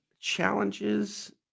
challenges